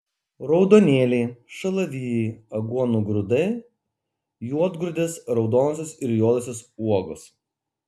raudonėliai šalavijai aguonų grūdai juodgrūdės raudonosios ir juodosios uogos